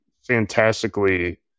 fantastically